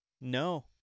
no